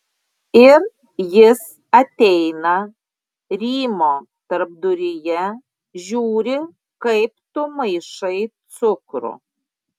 ir jis ateina rymo tarpduryje žiūri kaip tu maišai cukrų